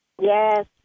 Yes